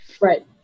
Right